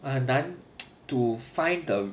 I have done to find the